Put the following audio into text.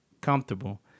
comfortable